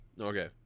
Okay